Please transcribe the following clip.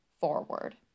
forward